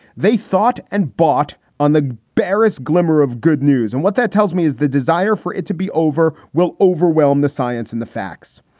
they thought and bought on the barest glimmer of good news. and what that tells me is the desire for it to be over will overwhelm the science and the facts.